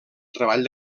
treball